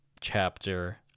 chapter